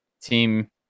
Team